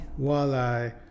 Walleye